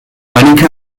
annika